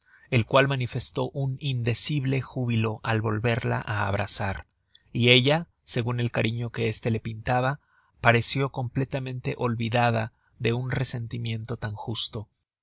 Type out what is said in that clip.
el cual manifestó un indecible júbilo al volverla á abrazar y ella segun el cariño que este la pintaba pareció completamente olvidada de un resentimiento tan justo